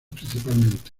principalmente